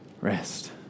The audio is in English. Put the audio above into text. Rest